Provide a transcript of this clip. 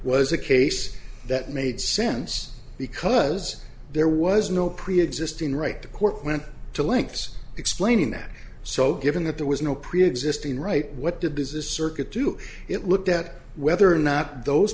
was a case that made sense because there was no preexisting right the court went to lengths explaining that so given that there was no preexisting right what did this circuit do it looked at whether or not those